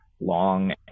long